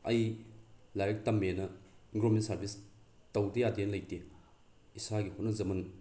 ꯑꯩ ꯂꯥꯏꯔꯤꯛ ꯇꯝꯃꯦꯅ ꯒꯣꯔꯃꯦꯟ ꯁꯥꯔꯕꯤꯁ ꯇꯧꯗ ꯌꯥꯗꯦꯅ ꯂꯩꯇꯦ ꯏꯁꯥꯒꯤ ꯍꯣꯠꯅꯖꯃꯟ